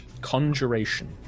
Conjuration